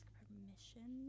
permission